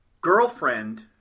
girlfriend